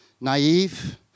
naive